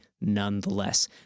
nonetheless